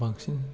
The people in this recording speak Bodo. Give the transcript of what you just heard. बांसिन